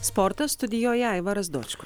sportas studijoje aivaras dočkus